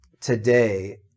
today